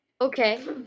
Okay